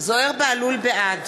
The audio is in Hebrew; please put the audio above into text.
בעד